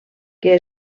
que